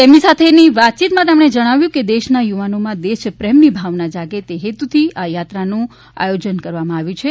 તેમને સાથેની વાતચીતમાં જણાવ્યું હતું કે દેશના યુવાનોમાં દેશપ્રેમની ભાવના જાગે તે હેતુથી આ યાત્રાનું આયોજન કરવામાં આવ્યું છે